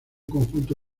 conjunto